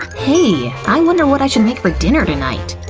hey, i wonder what i should make for dinner tonight.